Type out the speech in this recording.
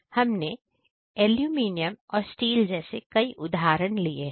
हमने एल्युमीनियम और स्टील जैसे कई उदाहरण लिए हैं